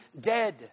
dead